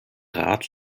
rat